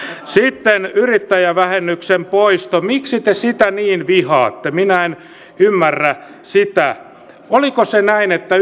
sitten yrittäjävähennyksen poisto miksi te sitä niin vihaatte minä en ymmärrä sitä oliko se näin että